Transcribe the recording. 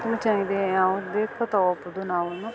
full ಚೆನ್ನಾಗಿದೆ ಯಾವ್ದು ಬೇಕೋ ತಗೊಬೋದು ನಾವು